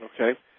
Okay